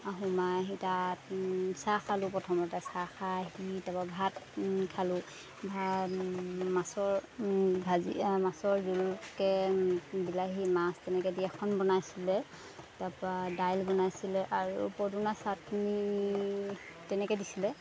সোমাই আহি তাত চাহ খালোঁ প্ৰথমতে চাহ খাই আহি তাৰপৰা ভাত খালোঁ ভাত মাছৰ ভাজি মাছৰ জোলকে বিলাহী মাছ তেনেকৈ দি এখন বনাইছিলে তাৰপৰা দাইল বনাইছিলে আৰু পদুনা চাটনী তেনেকৈ দিছিলে